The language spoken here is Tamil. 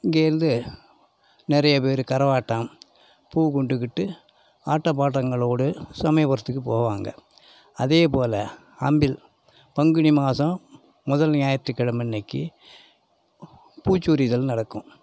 இங்கேருந்து நிறைய பேர் கரகாட்டம் பூ கொண்டுக்கிட்டு ஆட்டம் பாட்டங்களோடு சமயபுரத்துக்கு போவாங்க அதே போல் அம்பில் பங்குனி மாதம் முதல் ஞாயிற்றுக்கிழமைன்னைக்கி பூச்சி உரிதல் நடக்கும்